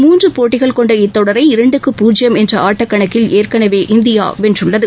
மூன்று போட்டிகள் கொண்ட இத்தொடரை இரண்டுக்கு பூஜ்ஜியம் என்ற ஆட்டக்கணக்கில் ஏற்கனவே இந்தியா வென்றுள்ளது